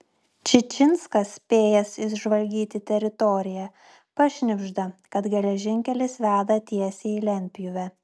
čičinskas spėjęs išžvalgyti teritoriją pašnibžda kad geležinkelis veda tiesiai į lentpjūvę